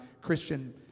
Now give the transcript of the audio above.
Christian